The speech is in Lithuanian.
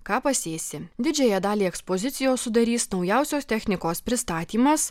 ką pasėsi didžiąją dalį ekspozicijos sudarys naujausios technikos pristatymas